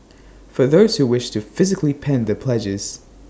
for those who wish to physically pen their pledges